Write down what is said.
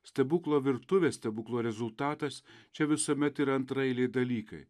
stebuklo virtuvė stebuklo rezultatas čia visuomet yra antraeiliai dalykai